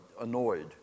annoyed